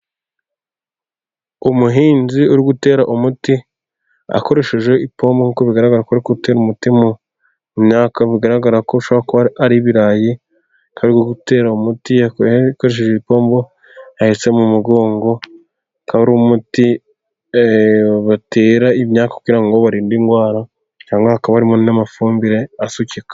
Umuhinzi uri gutera umuti akoresheje ipombo nkuko' bigaragara ko ari gutera umuti mumyaka, bigaragara ko ashobora kuba ari ibirayi ari gutera umuti akoresheje ipombo ahetse mu mugongo, akaba ari umuti batera imyaka kugira ngo barinde indwara cyangwa hakabamo n'amafumbire asukika.